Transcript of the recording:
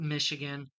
Michigan